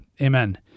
Amen